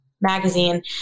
magazine